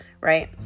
right